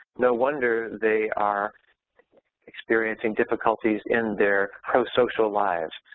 no wonder they are experiencing difficulties in their prosocial lives.